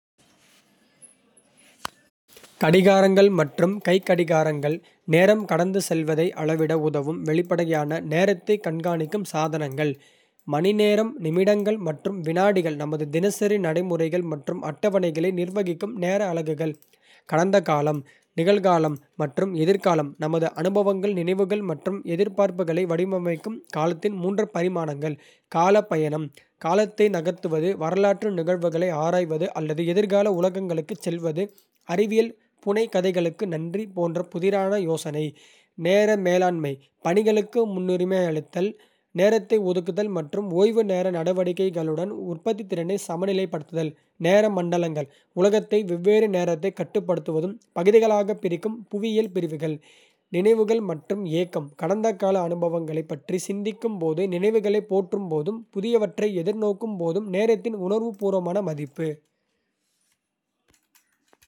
கடிகாரங்கள் மற்றும் கைக்கடிகாரங்கள் நேரம் கடந்து செல்வதை அளவிட உதவும் வெளிப்படையான நேரத்தைக் கண்காணிக்கும் சாதனங்கள். மணிநேரம், நிமிடங்கள் மற்றும் வினாடிகள் நமது தினசரி நடைமுறைகள் மற்றும் அட்டவணைகளை நிர்வகிக்கும் நேர அலகுகள். கடந்த காலம், நிகழ்காலம் மற்றும் எதிர்காலம் நமது அனுபவங்கள், நினைவுகள் மற்றும் எதிர்பார்ப்புகளை வடிவமைக்கும் காலத்தின் மூன்று பரிமாணங்கள். காலப்பயணம்: காலத்தை நகர்த்துவது, வரலாற்று நிகழ்வுகளை ஆராய்வது அல்லது எதிர்கால உலகங்களுக்குச் செல்வது அறிவியல் புனைகதைகளுக்கு நன்றி போன்ற புதிரான யோசனை. நேர மேலாண்மை பணிகளுக்கு முன்னுரிமை அளித்தல், நேரத்தை ஒதுக்குதல் மற்றும் ஓய்வு நேர நடவடிக்கைகளுடன் உற்பத்தித்திறனை சமநிலைப்படுத்துதல். நேர மண்டலங்கள் உலகத்தை வெவ்வேறு நேரத்தைக் கட்டுப்படுத்தும் பகுதிகளாகப் பிரிக்கும் புவியியல் பிரிவுகள். நினைவுகள் மற்றும் ஏக்கம் கடந்த கால அனுபவங்களைப் பற்றி சிந்திக்கும்போதும், நினைவுகளைப் போற்றும்போதும், புதியவற்றை எதிர்நோக்கும்போதும் நேரத்தின் உணர்வுபூர்வமான மதிப்பு.